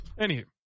Anywho